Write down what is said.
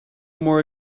more